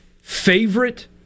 favorite